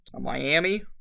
Miami